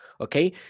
Okay